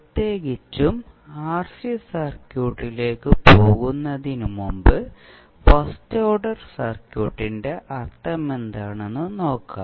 പ്രത്യേകിച്ചും ആർസി സർക്യൂട്ടിലേക്ക് പോകുന്നതിനുമുമ്പ് ഫസ്റ്റ് ഓർഡർ സർക്യൂട്ടിന്റെ അർത്ഥമെന്താണെന്ന് മനസിലാക്കാം